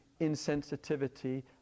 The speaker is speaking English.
insensitivity